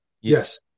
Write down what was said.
Yes